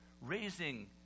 raising